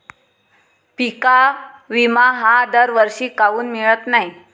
पिका विमा हा दरवर्षी काऊन मिळत न्हाई?